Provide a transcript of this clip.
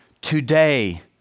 today